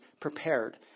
prepared